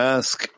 ask